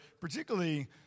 particularly